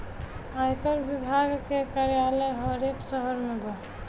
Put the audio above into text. आयकर विभाग के कार्यालय हर एक शहर में बा